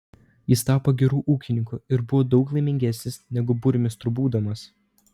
jis tapo geru ūkininku ir buvo daug laimingesnis negu burmistru būdamas